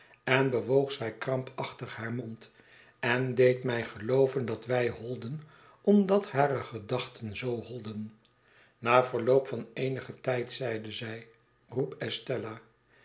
en bewoog zij krampaehtig haar mond en deed mij gelooven dat wij holden omdat hare gedachten zoo holden na verloop van eenigen tijd zeide zij roep estella